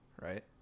right